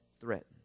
threatened